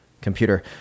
computer